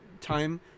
time